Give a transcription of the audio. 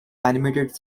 animated